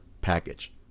package